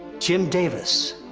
jim davis.